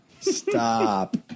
Stop